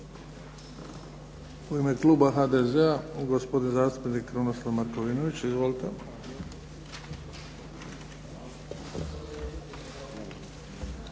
U ime kluba HDZ-a, gospodin zastupnik Krunoslav Markovinović. Izvolite.